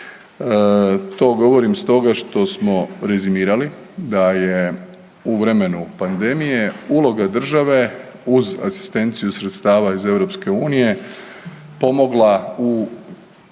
To govorim stoga što smo rezimirali da je u vremenu pandemije uloga države uz asistenciju sredstava iz EU pomogla u procesu